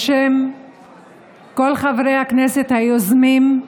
בשם כל חברי הכנסת היוזמים,